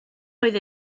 oedd